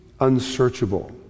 unsearchable